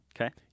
Okay